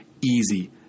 Easy